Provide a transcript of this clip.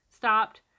stopped